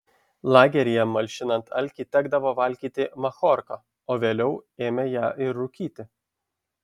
lageryje malšinant alkį tekdavo valgyti machorką o vėliau ėmė ją ir rūkyti